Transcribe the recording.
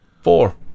Four